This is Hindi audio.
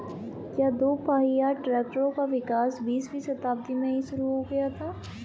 क्या दोपहिया ट्रैक्टरों का विकास बीसवीं शताब्दी में ही शुरु हो गया था?